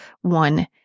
one